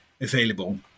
available